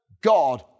God